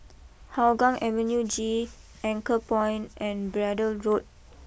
Hougang Avenue G Anchorpoint and Braddell Road